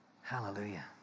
Hallelujah